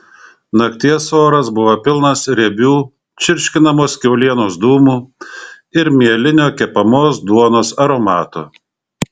nakties oras buvo pilnas riebių čirškinamos kiaulienos dūmų ir mielinio kepamos duonos aromato